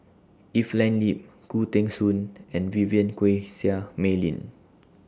Evelyn Lip Khoo Teng Soon and Vivien Quahe Seah Mei Lin